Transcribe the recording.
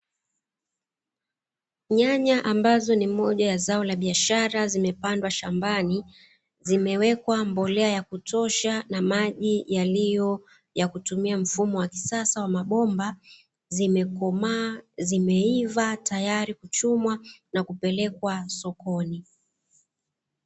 Nyanya ambazo ni moja ya zao la biashara zimepandwa shambani zimewekwa mbolea ya kutosha na maji ambayo yanatumia mfumo wa kisasa wa mabomba zimekomaa, zimeiva tayari kuchumwa na kupelekwa sokoni.